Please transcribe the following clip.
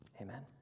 amen